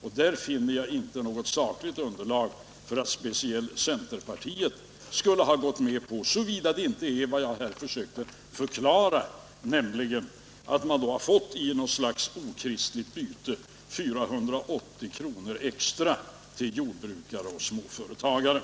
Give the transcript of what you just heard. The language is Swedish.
Den skattesänkningen finner jag inte något sakligt underlag för att speciellt centerpartiet skulle ha gått med på — så vida det inte är så, som jag har försökt förklara, att man genom något slags okristligt byte har fått 480 kr. extra till var enskild jordbrukare och småföretagare.